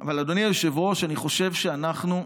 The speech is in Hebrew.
אדוני היושב-ראש, אני חושב שאנחנו,